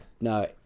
no